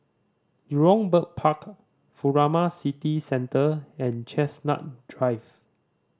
Jurong Bird Park Furama City Centre and Chestnut Drive